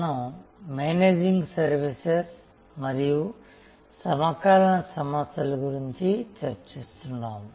మనం managing services మరియు సమకాలీన సమస్యల గురించి చర్చిస్తున్నాము